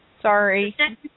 Sorry